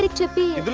to be